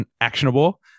actionable